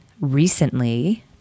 recently